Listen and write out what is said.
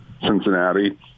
Cincinnati